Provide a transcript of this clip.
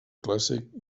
clàssic